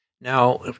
now